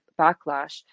backlash